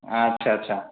ଆଚ୍ଛା ଆଚ୍ଛା